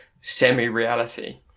semi-reality